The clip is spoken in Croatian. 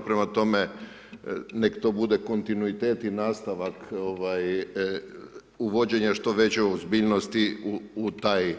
Prema tome, neka to bude kontinuitet i nastavak uvođenja što veće ozbiljnosti u taj,